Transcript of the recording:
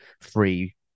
free